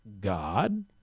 God